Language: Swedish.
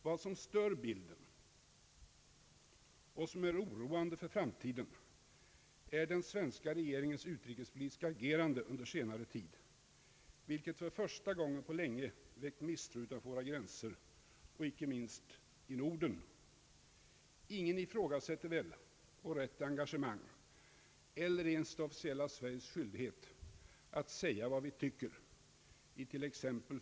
Vad som stör bilden och som är oroande för framtiden är den svenska regeringens utrikespolitiska agerande under senare tid, vilket för första gången på länge väckt missnöje utanför våra gränser och inte minst i Norden. Ingen ifrågasätter väl vår rätt till engagemang eller ens det officiella Sveriges skyldighet att säga vad vi tycker it.ex.